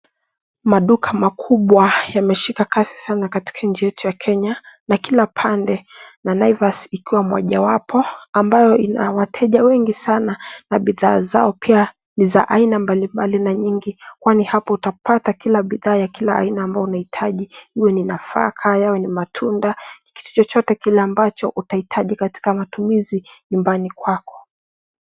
Maduka makubwa yameshika kasi sana katika nchi yetu ya Kenya na kila pande na Naivas ikiwa mojawapo ambayo ina wateja wengi sana na bidhaa zao pia ni za aina mbalimbali na nyingi kwani hapo utapata kila bidhaa ya kila aina ambayo unahitaji iwe ni nafaka, yawe ni matunda, kitu chochote kile ambacho utahitaji katika matumizi nyumbani kwako.